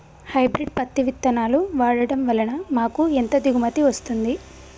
Hybrid పత్తి విత్తనాలు వాడడం వలన మాకు ఎంత దిగుమతి వస్తుంది?